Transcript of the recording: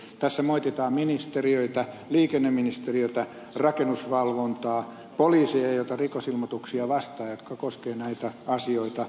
tässä moititaan ministeriöitä liikenneministeriötä rakennusvalvontaa poliisi ei ota rikosilmoituksia vastaan jotka koskevat näitä asioita